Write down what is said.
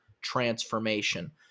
transformation